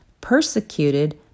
persecuted